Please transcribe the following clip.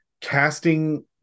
casting